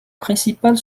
principales